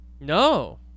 no